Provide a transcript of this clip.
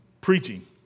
preaching